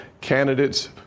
candidates